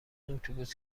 اتوبوس